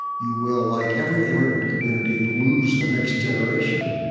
you will, like every immigrant community, lose the next generation